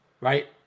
right